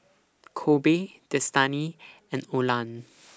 Kobe Destany and Olan